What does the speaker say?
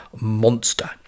monster